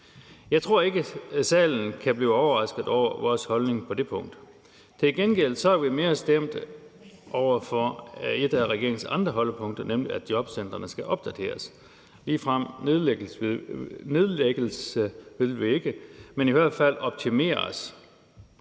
Jeg tror ikke, at nogen i salen kan blive overrasket over vores holdning på det punkt. Til gengæld er vi mere stemt for et af regeringens andre holdepunkter, nemlig at jobcentrene skal opdateres. Ligefrem at nedlægge dem vil vi ikke, men de skal i hvert fald optimeres.